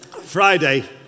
Friday